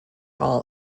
all